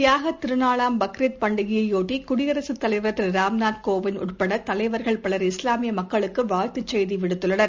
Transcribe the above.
தியாகத் திருநாளாம் பக்ரித் பண்டிகையையொட்டிகுடியரசுத் தலைவர் திருராம்நாத் கோவிந்த் உட்படதலைவர்கள் பலர் இஸ்லாமியமக்களுக்குவாழ்த்துச் செய்திவிடுத்துள்ளார்